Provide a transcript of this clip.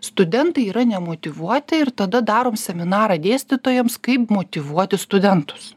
studentai yra nemotyvuoti ir tada darom seminarą dėstytojams kaip motyvuoti studentus